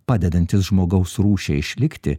padedantis žmogaus rūšiai išlikti